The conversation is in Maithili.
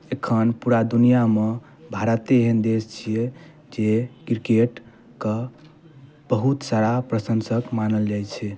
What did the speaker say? एखन पूरा दुनिआँमे भारते एहन देश छियै जे क्रिकेटके बहुत सारा प्रशंसक मानल जाइत छै